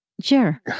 Sure